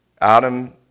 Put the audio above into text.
Adam